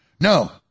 No